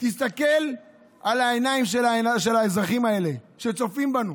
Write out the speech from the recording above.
תסתכל בעיניים של האזרחים האלה שצופים בנו,